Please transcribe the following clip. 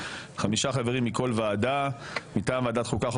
חמישה חברים מכל ועדה מטעם ועדת חוקה,